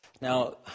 Now